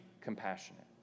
compassionate